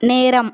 நேரம்